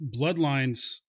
Bloodlines